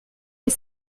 est